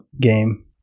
game